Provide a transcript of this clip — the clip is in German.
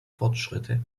fortschritte